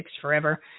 Forever